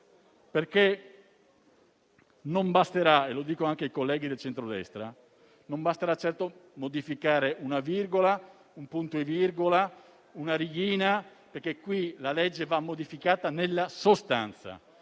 perché non basterà certo - e lo dico anche ai colleghi del centrodestra - modificare una virgola, un punto e virgola, una righina: la legge va modificata nella sostanza